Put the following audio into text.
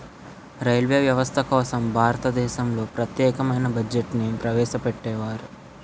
railway వ్యవస్థ కోసం భారతదేశంలో ప్రత్యేకమైన బడ్జెట్ను ప్రవేశపెట్టేవారు